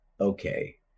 okay